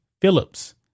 Phillips